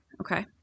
Okay